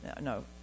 no